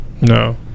No